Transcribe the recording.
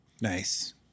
Nice